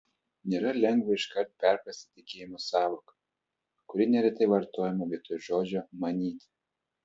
nėra lengva iškart perprasti tikėjimo sąvoką kuri neretai vartojama vietoj žodžio manyti